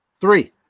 Three